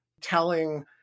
telling